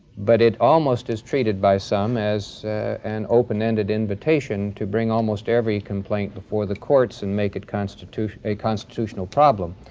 but it almost is treated by some as an open-ended invitation to bring almost every complaint before the courts and make it a constitutional problem.